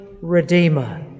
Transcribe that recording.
Redeemer